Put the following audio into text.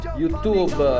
youtube